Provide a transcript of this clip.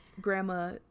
grandma